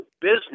business